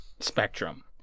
Spectrum